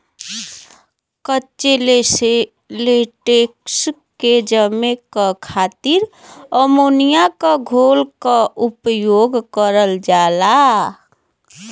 कच्चे लेटेक्स के जमे क खातिर अमोनिया क घोल क उपयोग करल जाला